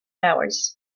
hours